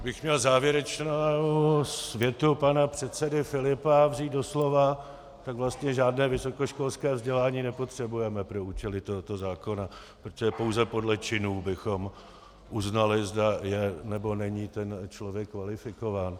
Kdybych měl závěrečnou větu pana předsedy Filipa vzít doslova, tak vlastně žádné vysokoškolské vzdělání nepotřebujeme pro účely tohoto zákona, protože pouze podle činů bychom uznali, zda je, nebo není ten člověk kvalifikován.